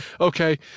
Okay